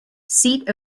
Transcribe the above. seat